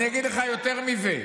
אני אגיד לך יותר מזה,